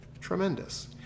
Tremendous